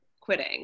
quitting